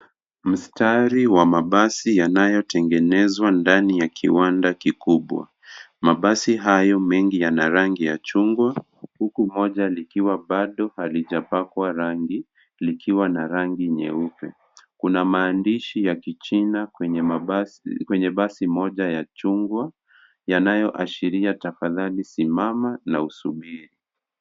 Mstari wa mabasi yanayotengenezwa ndani ya kiwanda kikubwa. Mabasi hayo mengi yana rangi ya chungwa huku moja likiwa bado halijapakwa rangi, likiwa na rangi nyeupe. Kuna maandishi ya kichina kwenye basi moja ya chungwa, yanayoashiria tafadhali simama na usubiri.